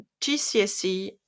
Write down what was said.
gcse